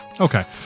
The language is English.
Okay